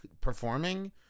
performing